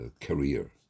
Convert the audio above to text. career